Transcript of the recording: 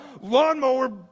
lawnmower